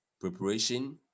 preparation